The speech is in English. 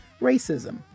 racism